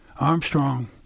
Armstrong